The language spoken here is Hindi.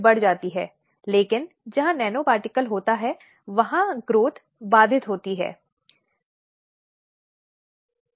वह एक घायल गवाह की तुलना में बहुत अधिक ऊंचाई पर खड़ी है